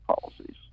policies